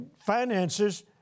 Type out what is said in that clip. Finances